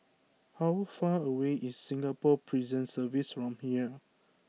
how far away is Singapore Prison Service from here